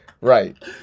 right